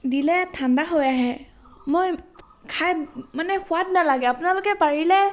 দিলে ঠাণ্ডা হৈ আহে মই খাই মানে সোৱাদ নালাগে আপোনালোকে পাৰিলে